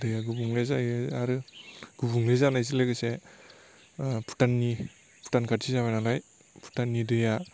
दैया गुबुंले जायो आरो गुबुंले जानायजों लोगोसे भुटाननि भुटान खाथि जाबाय नालाय भुटाननि दैया